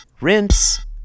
Rinse